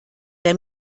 der